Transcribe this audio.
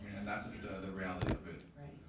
and that's just ah the reality of it. right.